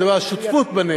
אני מדבר על שותפות בנטל,